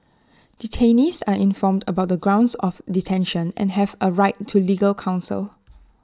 detainees are informed about the grounds of detention and have A right to legal counsel